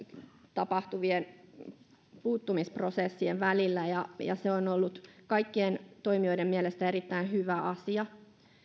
tapahtuvien puuttumisprosessien välillä ja ja se on ollut kaikkien toimijoiden mielestä erittäin hyvä asia